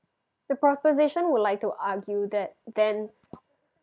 the proposition would like to argue that then